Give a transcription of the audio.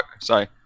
Sorry